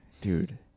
dude